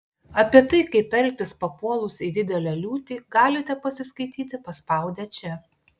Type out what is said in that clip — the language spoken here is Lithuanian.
apie tai kaip elgtis papuolus į didelę liūtį galite pasiskaityti paspaudę čia